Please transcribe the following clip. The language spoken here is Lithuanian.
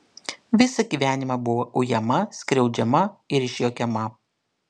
visą gyvenimą buvo ujama skriaudžiama ir išjuokiama